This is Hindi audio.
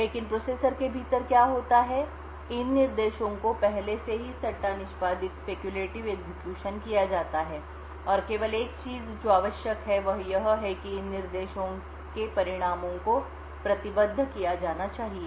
लेकिन प्रोसेसर के भीतर क्या होता है कि इन निर्देशों को पहले से ही सट्टा निष्पादित स्पेक्युलेटिव एग्जीक्यूशन किया जाता है और केवल एक चीज जो आवश्यक है वह यह है कि इन निर्देशों के परिणामों को प्रतिबद्ध किया जाना चाहिए